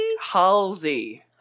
Halsey